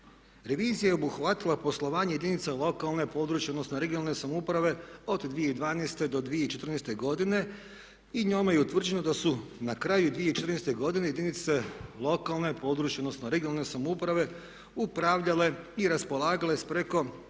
Revizija je obuhvatila poslovanje jedinica lokalne, područne odnosno regionalne samouprave od 2012. do 2014. godine i njome je utvrđeno da su na kraju 2014. godine jedinice lokalne, područne odnosno regionalne samouprave upravljale i raspolagale sa preko